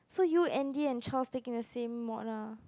so you Andy and Charles taking the same mod lah